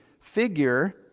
figure